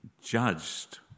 judged